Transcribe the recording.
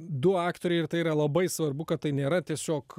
du aktoriai ir tai yra labai svarbu kad tai nėra tiesiog